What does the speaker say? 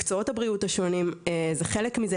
מקצועות הבריאות השונים וזה חלק מזה.